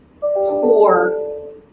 poor